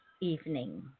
evening